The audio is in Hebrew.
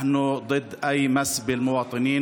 אנחנו נגד כל פגיעה באזרחים,